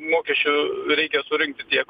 mokesčių reikia surinkti tiek